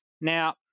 Now